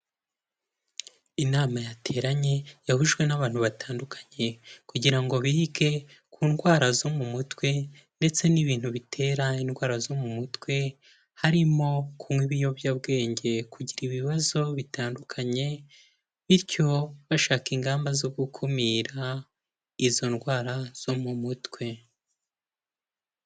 Inama yateranye yahujwe n'abantu batandukanye, kugira ngo bige ku ndwara zo mu mutwe ndetse n'ibintu bitera indwara zo mu mutwe, harimo kunywa ibiyobyabwenge, kugira ibibazo bitandukanye, bityo bashaka ingamba zo gukumira izo ndwara zo mu mutwe.